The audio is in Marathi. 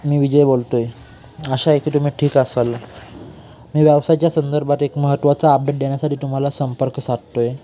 मी विजय बोलतो आहे आशा आहे की तुम्ही ठीक असाल मी व्यवसायाच्या संदर्भात एक महत्त्वाचा अपडेट देण्यासाठी टुम्हाला संपर्क साधतोय